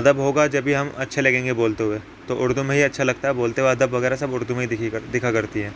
ادب ہوگا جبھی ہم اچھے لگیں گے بولتے ہوئے تو اردو میں ہی اچھا لگتا ہے بولتے ہوئے ادب وغیرہ سب اردو ہی میں دکھا کرتی ہے